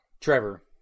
Trevor